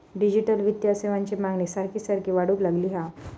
digital वित्तीय सेवांची मागणी सारखी सारखी वाढूक लागली हा